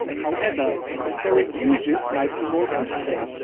however, comparing images might be more useful.